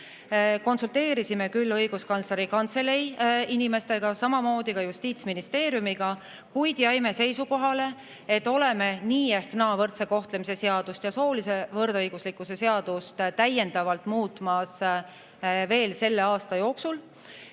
Konsulteerisime küll Õiguskantsleri Kantselei inimestega, samamoodi Justiitsministeeriumiga, kuid jäime seisukohale, et oleme nii ehk naa võrdse kohtlemise seaduse ja soolise võrdõiguslikkuse seadust täiendavalt veel selle aasta jooksul